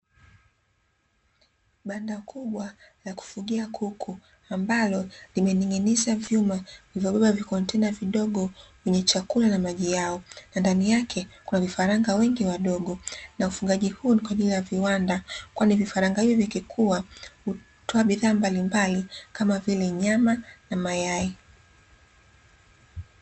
Banda kubwa la kufugia kuku ambalo limening'iniza vyuma viliyobeba vikontena vidogo, vyenye chakula na maji yao. Na ndani yake kuna vifaranga wengi wadogo, na ufugaji huu ni kwa ajili ya viwanda. Kwani vifaranga hivi vikikua hutoa bidhaa mbalimbali, kama vile nyama na mayai.